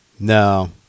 No